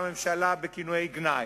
לממשלה בכינויי גנאי,